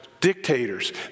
dictators